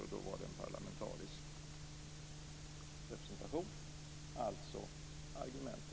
Men då var det en parlamentarisk representation. Argumentet höll alltså inte.